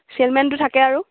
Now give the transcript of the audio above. চেলমেণ্টো থাকে আৰু